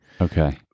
Okay